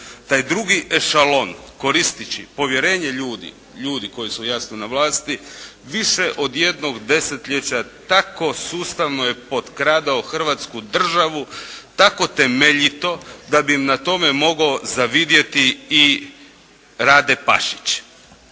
Taj drugi šalon koristeći povjerenje ljudi, ljudi koji su jasno na vlasti, više od jednog desetljeća tako sustavno je potkradao hrvatsku državu, tako temeljito da bi im na tome mogao zavidjeti i Rade Pašić.